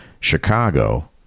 chicago